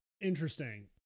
interesting